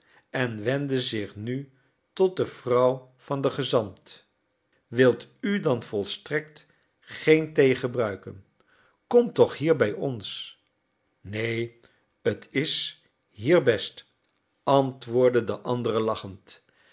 en wendde zich nu tot de vrouw van den gezant wil u dan volstrekt geen thee gebruiken kom toch hier bij ons neen t is hier best antwoordde de andere lachend